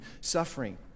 suffering